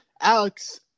Alex